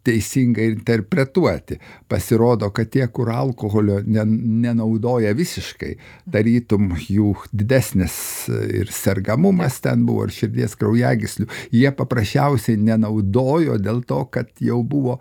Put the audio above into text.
teisingai interpretuoti pasirodo kad tie kur alkoholio ne nenaudoja visiškai tarytum jų didesnis ir sergamumas ten buvo ir širdies kraujagyslių jie paprasčiausiai nenaudojo dėl to kad jau buvo